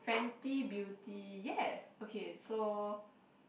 Fenti Beauty yeah okay so